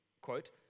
quote